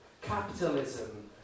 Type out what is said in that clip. Capitalism